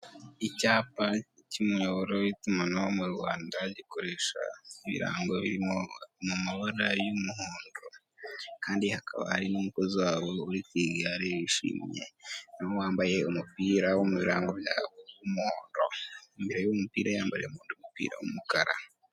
Icyapa cy'umuyoboro w'itumanaho mu rwanda gikoresha ibirango biri mu mabara y'umuhondo kandi hakaba hari n'umukozi wabo uri ku'igare wishimye wambaye umupira wo mu birango byabo, mo imbere y'umupira yambaye umupira w'umukara.